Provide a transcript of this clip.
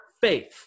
faith